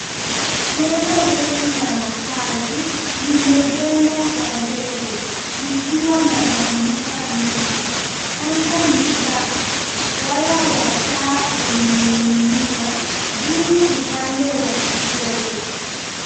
Jengo refu la makazi limejengwa kwa zege likiwa na madirisha mengi. Anga ni safi. Waya wa taa umening'inia juu upande wa kushoto.